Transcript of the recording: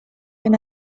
been